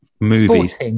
movies